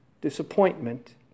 disappointment